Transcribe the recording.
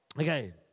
Okay